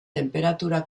tenperatura